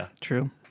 True